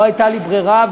לא הייתה לי ברירה,